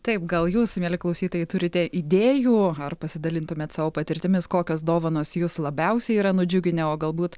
taip gal jūs mieli klausytojai turite idėjų ar pasidalintumėt savo patirtimis kokios dovanos jus labiausiai yra nudžiuginę o galbūt